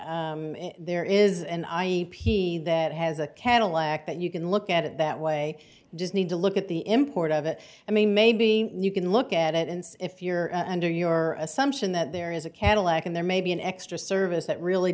there is an i p that has a cadillac but you can look at it that way just need to look at the import of it i mean maybe you can look at it and if you're under your assumption that there is a cadillac and there may be an extra service that really